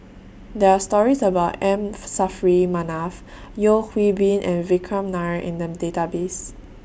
There Are stories about M Saffri Manaf Yeo Hwee Bin and Vikram Nair in The Database